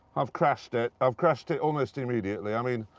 i've crashed it. i've crashed it almost immediately. i mean,